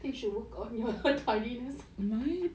think you should work on your timings